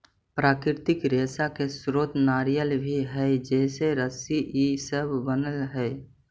प्राकृतिक रेशा के स्रोत नारियल भी हई जेसे रस्सी इ सब बनऽ हई